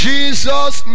Jesus